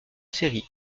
série